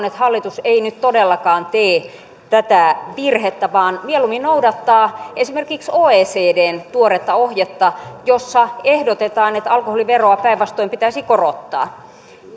että hallitus ei nyt todellakaan tee tätä virhettä vaan mieluummin noudattaa esimerkiksi oecdn tuoretta ohjetta jossa ehdotetaan että alkoholiveroa päinvastoin pitäisi korottaa